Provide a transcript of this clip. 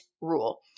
rule